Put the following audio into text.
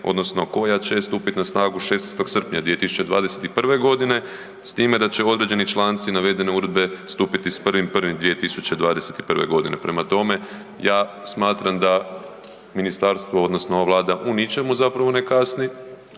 odnosno koja će stupiti na snagu 16. srpnja 2021. godine s time da će određeni članci navedene uredbe stupiti s 1.1.2021. godine. Prema tome, ja smatram da ministarstvo odnosno ova Vlada u ničemu zapravo ne kasni,